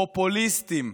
פופוליסטיים,